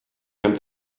hemmt